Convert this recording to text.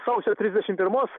sausio trisdešimt pirmos